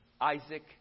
Isaac